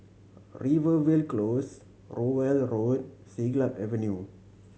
Rivervale Close Rowell Road Siglap Avenue